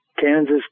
Kansas